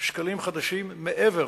שקלים חדשים מעבר